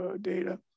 data